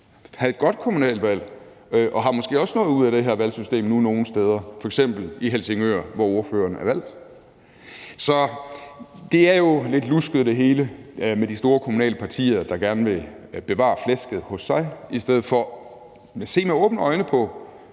havde et godt kommunalvalg og har måske også noget ud af det her valgsystem nu nogle steder, f.eks. i Helsingør, hvor ordføreren er valgt. Så det hele er jo lidt lusket med de store kommunale partier, der gerne vil bevare flæsket hos sig i stedet for at se med åbne øjne på,